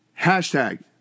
hashtag